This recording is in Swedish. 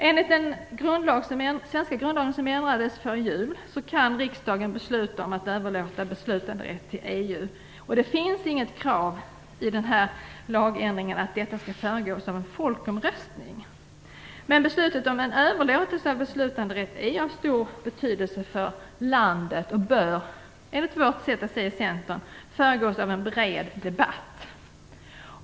Enligt den svenska grundlagen, som ändrades före jul, kan riksdagen besluta att överlåta beslutanderätt till EU. Det finns inget krav i lagändringen om att detta skall föregås av en folkomröstning. Men beslutet om en överlåtelse av beslutanderätt är av stor betydelse för landet och bör enligt vårt sätt att se det i Centern föregås av en bred debatt.